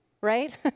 right